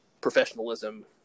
professionalism